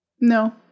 No